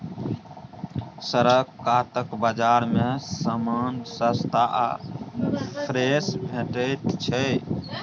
सड़क कातक बजार मे समान सस्ता आ फ्रेश भेटैत छै